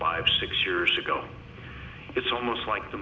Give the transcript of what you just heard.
five six years ago it's almost like the